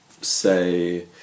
say